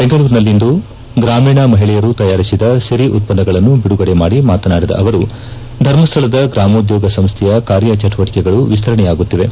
ಬೆಂಗಳೂರಿನಲ್ಲಿಂದು ಗ್ರಾಮೀಣ ಮಹಿಳೆಯರು ತಯಾರಿಸಿದ ಸಿರಿ ಉತ್ಪನ್ನಗಳನ್ನು ಬಿಡುಗಡೆ ಮಾಡಿ ಮಾತನಾಡಿದ ಅವರು ಧರ್ಮ ಶ್ವಳದ ಗ್ರಾಮೋದ್ಯೋಗ ಸಂಸ್ಥೆಯ ಕಾರ್ಯ ಚಿಟುವಟಕೆಗಳು ವಿಸ್ತರಣೆಯಾಗುತ್ತಿವೆ